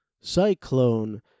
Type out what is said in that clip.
Cyclone